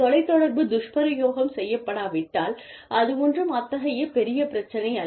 தொலைத்தொடர்பு துஷ்பிரயோகம் செய்யப்படாவிட்டால் அது ஒன்றும் அத்தகைய பெரிய பிரச்சினை அல்ல